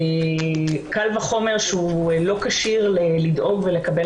קל וחומר שהוא לא כשיר לדאוג ולקבל